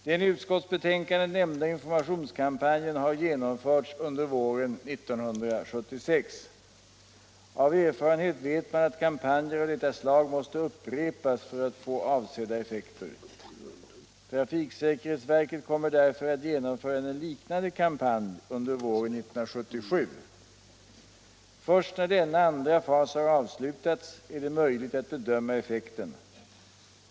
Den i utskottsbetänkandet nämnda informationskampanjen har genomförts under våren 1976. Av erfarenhet vet man att kampanjer av detta slag måste upprepas för att få avsedda effekter. Trafiksäkerhetsverket kommer därför att genomföra en liknande kampanj under våren 1977. Först när denna andra fas har avslutats är det möjligt att bedöma effekten.